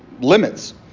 limits